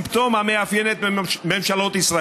זו נוסחה שהיא חלק מסימפטום המאפיין את ממשלות ישראל,